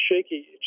shaky